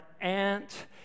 aunt